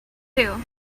too